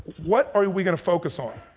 what are we gonna focus on?